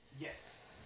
yes